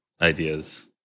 ideas